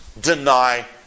deny